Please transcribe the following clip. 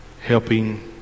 helping